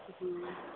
ᱦᱩᱸ